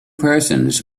persons